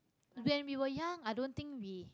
when we were young I don't think we